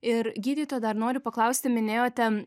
ir gydytoja dar noriu paklausti minėjote